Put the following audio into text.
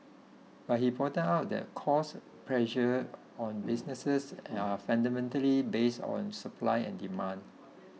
but he pointed out that cost pressures on businesses are fundamentally based on supply and demand